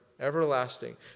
everlasting